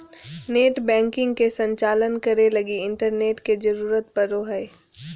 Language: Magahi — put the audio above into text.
नेटबैंकिंग के संचालन करे लगी इंटरनेट के जरुरत पड़ो हइ